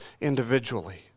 individually